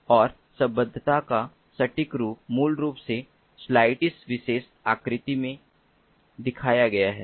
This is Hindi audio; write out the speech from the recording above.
और सम्बद्धता का सटीक रूप मूल रूप से स्लाइड में इस विशेष आकृति में दिखाया गया है